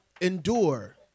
endure